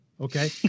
Okay